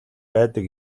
байдаг